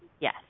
Yes